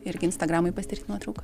irgi instagramui pasidaryt nuotraukų